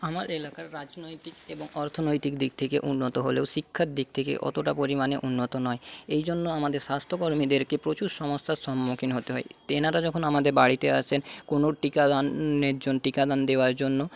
আমার এলাকার রাজনৈতিক এবং অর্থনৈতিক দিক থেকে উন্নত হলেও শিক্ষার দিক থেকে অতটা পরিমানে উন্নত নয় এইজন্য আমাদের স্বাস্থ্যকর্মীদেরকে প্রচুর সমস্যার সম্মুখীন হতে হয় তেনারা যখন আমাদের বাড়িতে আসেন কোনো টীকা দানের জন্য টীকা দান দেওয়ার জন্য